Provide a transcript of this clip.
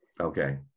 Okay